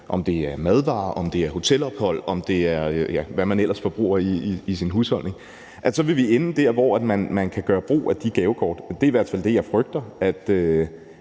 om det er madvarer, et hotelophold, eller hvad man ellers forbruger i sin husholdning, vil vi ende med, at man der kan gøre brug af gavekortet. Det er i hvert fald det, jeg frygter,